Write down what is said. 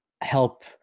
help